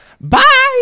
Bye